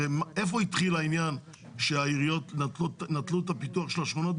הרי איפה התחיל העניין שהעיריות נטלו את הפיתוח של השכונות?